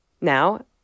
Now